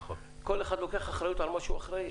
כל אחד לוקח אחריות על מה שהוא אחראי.